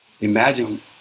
Imagine